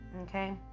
Okay